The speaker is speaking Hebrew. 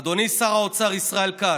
אדוני שר האוצר ישראל כץ,